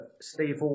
Steve